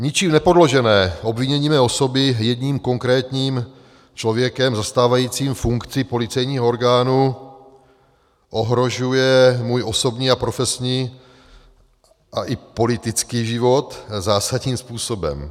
Ničím nepoložené obvinění mé osoby jedním konkrétním člověkem zastávajícím funkci policejního orgánu ohrožuje můj osobní a profesní a i politický život zásadním způsobem.